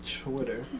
Twitter